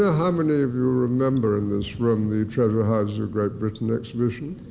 ah how many of you remember, in this room, the treasure houses of great britain exhibition.